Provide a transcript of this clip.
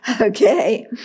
okay